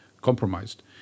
compromised